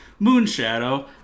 Moonshadow